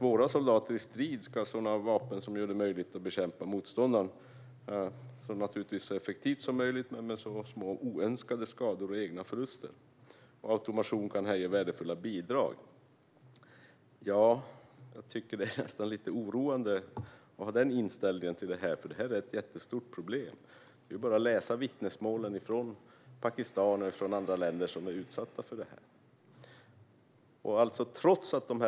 Våra soldater i strid ska ha sådana vapen som gör det möjligt att bekämpa motståndaren så effektivt som möjligt men med så små oönskade skador och egna förluster som möjligt. Automation kan här ge värdefulla bidrag. Jag tycker att det nästan är lite oroande att ha den inställningen, för detta är ett jättestort problem. Det är bara att läsa vittnesmålen från Pakistan och från andra länder som är utsatta för detta.